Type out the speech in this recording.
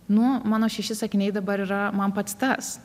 nu mano šeši sakiniai dabar yra man pats tas